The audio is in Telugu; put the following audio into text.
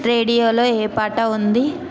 రేడియోలో ఏ పాట ఉంది